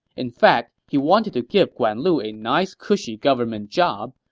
in fact, he wanted to give guan lu a nice, cushy government job,